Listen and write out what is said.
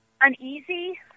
uneasy